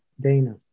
Dana